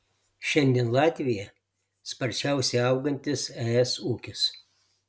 šiandien latvija sparčiausiai augantis es ūkis